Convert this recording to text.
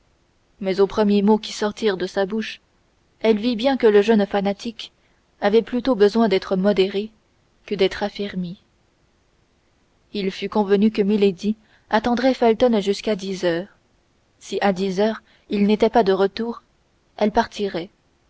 mais aux premiers mots qui sortirent de sa bouche elle vit bien que le jeune fanatique avait plutôt besoin d'être modéré que d'être affermi il fut convenu que milady attendrait felton jusqu'à dix heures si à dix heures il n'était pas de retour elle partirait